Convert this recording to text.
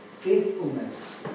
faithfulness